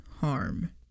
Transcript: harm